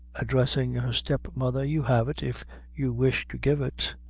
addressing her step-mother. you have it, if you wish to give it.